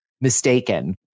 mistaken